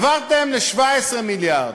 עברתם ל-17 מיליארד,